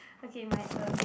okay my turn